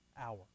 hour